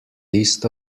list